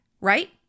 right